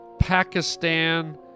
Pakistan